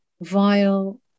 vile